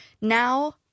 Now